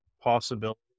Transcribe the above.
possibility